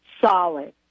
solid